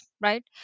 right